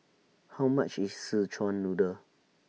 How much IS Szechuan Noodle